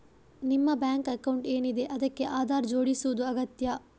ನಿಮ್ಮ bank account ಏನಿದೆ ಅದಕ್ಕೆ ಆಧಾರ್ ಜೋಡಿಸುದು ಅಗತ್ಯ